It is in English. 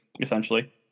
essentially